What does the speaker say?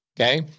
Okay